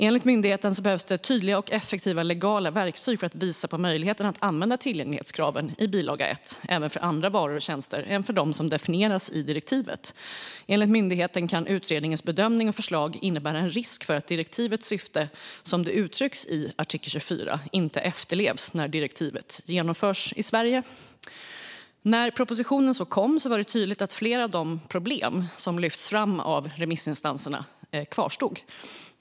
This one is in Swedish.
Enligt myndigheten behövs det tydliga och effektiva legala verktyg för att visa på möjligheten att använda tillgänglighetskraven i bilaga 1 även för andra varor och tjänster än för dem som definieras i direktivet. Enligt myndigheten kan utredningens bedömning och förslag innebära en risk för att direktivets syfte som det uttrycks i artikel 24 inte efterlevs när direktivet genomförs i Sverige. När propositionen kom var det tydligt att flera av de problem som lyfts fram av remissinstanserna kvarstod.